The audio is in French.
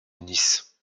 nice